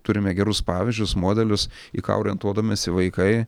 turime gerus pavyzdžius modelius į ką orientuodamiesi vaikai